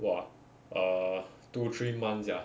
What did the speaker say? !wah! err two three months sia